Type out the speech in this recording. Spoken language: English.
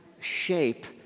shape